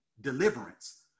deliverance